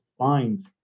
find